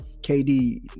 KD